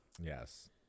Yes